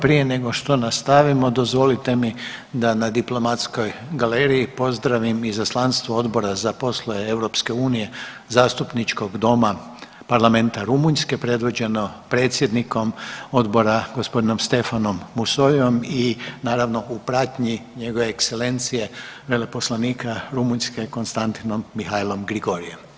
Prije nego što nastavimo dozvolite mi da na diplomatskoj galeriji pozdravim izaslanstvo Odbora za poslove EU zastupničkog doma parlamenta Rumunjske predvođeno predsjednikom odbora g. Stefanom Musoiuo i naravno u pratnji njegove ekselencije veleposlanika Rumunjske Constantinom Mihailom Grigoriem.